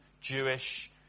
Jewish